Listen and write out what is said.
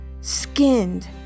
skinned